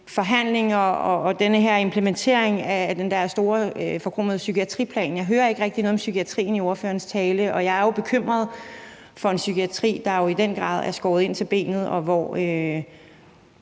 forhandlinger og implementeringen af den der store, forkromede psykiatriplan. Jeg hører ikke rigtig noget om psykiatrien i ordførerens tale, og jeg er jo bekymret for en psykiatri, der i den grad er skåret ind til benet, hvor